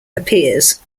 appears